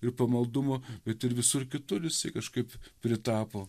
ir pamaldumų bet ir visur kitur jisai kažkaip pritapo